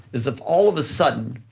is if all of a sudden